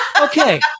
Okay